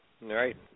Right